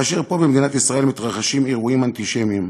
כאשר פה, במדינת ישראל, מתרחשים אירועים אנטישמיים